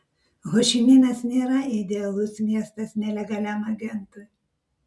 hošiminas nėra idealus miestas nelegaliam agentui